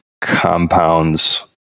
compounds